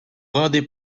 rendez